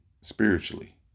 spiritually